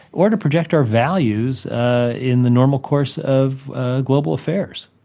or to project our values in the normal course of ah global affairs.